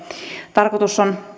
tarkoitus on